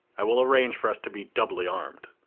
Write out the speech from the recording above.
i will arrange for us to be doubly armed.